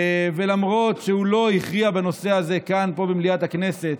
ולמרות שהוא לא הכריע בנושא הזה במליאת הכנסת,